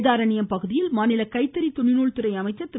வேதாரண்யம் பகுதியில் மாநில கைத்தறி துணிநூல் துறை அமைச்சர் திரு